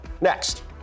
Next